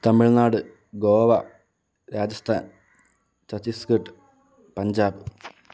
Tamil Nadu Goa Rajasthan Chhattisgarh Punjab